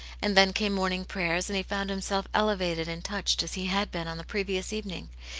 and then came morning prayers, and he found himself elevated and touched as he had been on the previous evening.